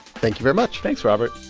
thank you very much thanks, robert